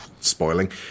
spoiling